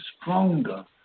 stronger